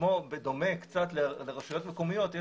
בדומה קצת לרשויות מקומיות,